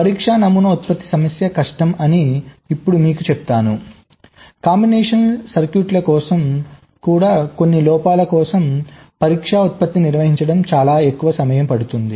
పరీక్ష నమూనా ఉత్పత్తి సమస్య కష్టం అని ఇప్పుడు మీకు చెప్తాను కాంబినేషన్ సర్క్యూట్ల కోసం కూడా కొన్ని లోపాల కోసం పరీక్ష ఉత్పత్తిని నిర్వహించడానికి చాలా ఎక్కువ సమయం పడుతుంది